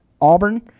Auburn